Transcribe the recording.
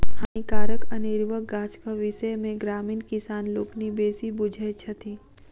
हानिकारक अनेरुआ गाछक विषय मे ग्रामीण किसान लोकनि बेसी बुझैत छथि